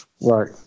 Right